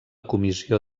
comissió